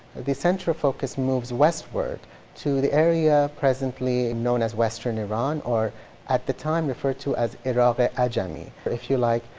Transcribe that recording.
the center of focus moves westward to the area presently known as western iran or at the time referred to as iraq-i ajami if you like,